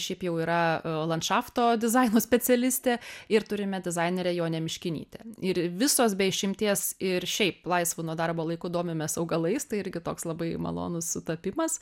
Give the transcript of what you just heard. šiaip jau yra landšafto dizaino specialistė ir turime dizainerę jonę miškinytę ir visos be išimties ir šiaip laisvu nuo darbo laiku domimės augalais tai irgi toks labai malonus sutapimas